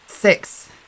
six